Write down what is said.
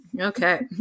Okay